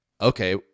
okay